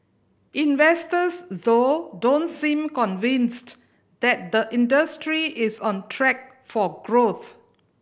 investors though don't seem convinced that the industry is on track for growth